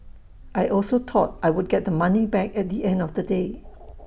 I also thought I would get the money back at the end of the day